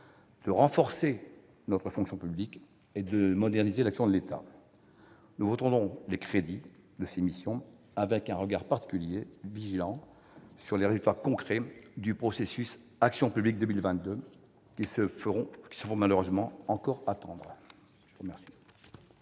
de renforcer notre fonction publique et de moderniser l'action de l'État. Nous voterons donc les crédits de ces missions, en portant un regard particulièrement vigilant sur les résultats concrets du comité Action publique 2022, qui se font malheureusement encore attendre. La parole